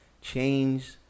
change